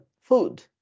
food